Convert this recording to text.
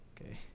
Okay